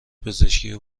پزشکی